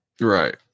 Right